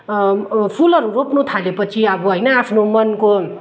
फुलहरू रोप्नु थालेपछि अब होइन आफ्नो मनको